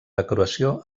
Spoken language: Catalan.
decoració